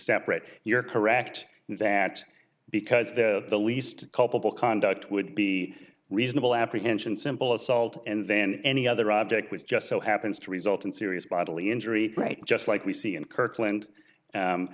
separate you're correct in that because the least culpable conduct would be reasonable apprehension simple assault and then any other object with just so happens to result in serious bodily injury right just like we see in kirkland